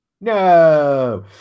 no